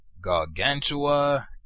Gargantua